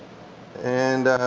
and